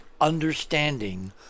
understanding